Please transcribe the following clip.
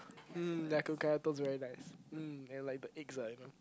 mm Ya-Kun kaya toast very nice mm and like the eggs ah you know